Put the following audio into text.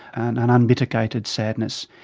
an unmitigated sadness.